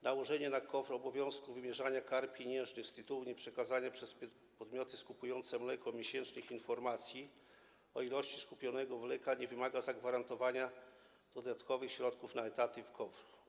Nałożenie na KOWR obowiązku wymierzania kar pieniężnych z tytułu nieprzekazania przez podmioty skupujące mleko miesięcznych informacji o ilości skupionego mleka nie wymaga zagwarantowania dodatkowych środków na etaty w KOWR.